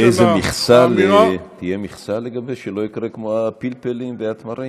תהיה איזו מכסה, שלא יקרה כמו הפלפלים והתמרים?